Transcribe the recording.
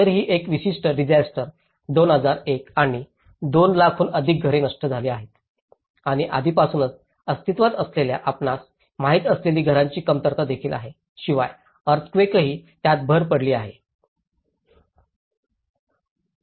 तर ही विशिष्ट डिसास्टर 2001 आणि 200000 हून अधिक घरे नष्ट करीत आहेत आणि आधीपासूनच अस्तित्त्वात असलेल्या आपणास माहित असलेल्या घरांची कमतरता देखील आहे शिवाय अर्थक्वेकतही त्यात भर पडली आहे